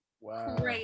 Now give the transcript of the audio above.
Wow